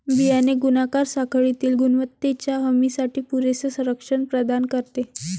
बियाणे गुणाकार साखळीतील गुणवत्तेच्या हमीसाठी पुरेसे संरक्षण प्रदान करते